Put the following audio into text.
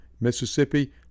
Mississippi